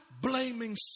blaming